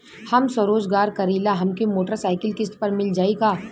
हम स्वरोजगार करीला हमके मोटर साईकिल किस्त पर मिल जाई का?